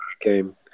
game